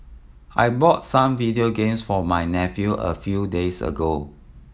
I bought some video games for my nephew a few days ago